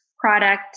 product